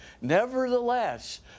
nevertheless